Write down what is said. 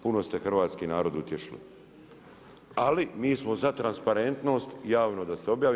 Puno ste hrvatski narod utješili, ali mi smo za transparentnost javno da se objavi.